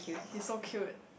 he so cute